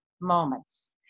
moments